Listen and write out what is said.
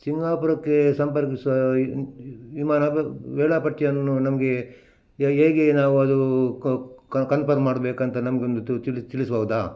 ಸಿಂಗಾಪುರಕ್ಕೆ ಸಂಪರ್ಕಿಸುವ ವಿಮಾನ ಬ ವೇಳಾಪಟ್ಟಿಯನ್ನು ನಮಗೆ ಯ ಹೇಗೆ ನಾವು ಅದು ಕನ್ಪರ್ಮ್ ಮಾಡಬೇಕಂತ ನಮಗೊಂದು ತು ತಿಳಿಸಿ ತಿಳಿಸ್ಬೌವ್ದಾ